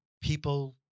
people